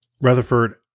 Rutherford